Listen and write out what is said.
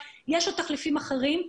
יש עוד תחליפים אחרים.